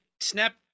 Snap